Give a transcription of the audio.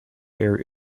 air